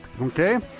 Okay